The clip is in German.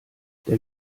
der